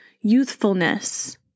youthfulness